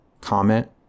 comment